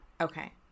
Okay